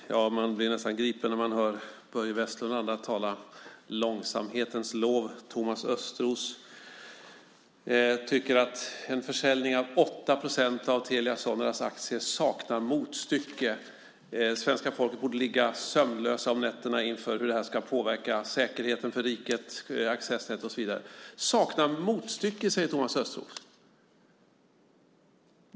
Herr talman! Man blir nästan gripen när man hör Börje Vestlund och andra tala långsamhetens lov. Thomas Östros tycker att en försäljning av 8 procent av Telia Soneras aktier saknar motstycke. Svenska folket borde ligga sömnlöst om nätterna inför hur det här ska påverka säkerheten för riket, accessnätet och så vidare. Saknar motstycke, säger Thomas Östros.